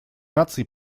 наций